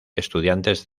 estudiantes